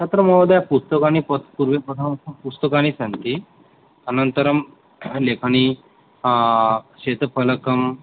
तत्र महोदये पुस्तकानि पत् पूर्वे प्रथमं पुस्तकानि सन्ति अनन्तरं लेखनी श्वेतफलकं